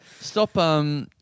Stop